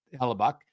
Hellebuck